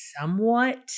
somewhat